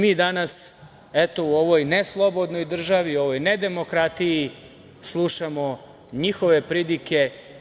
Mi danas, eto, u ovoj ne slobodnoj državi, u ovoj nedemokratiji slušamo njihove pridike.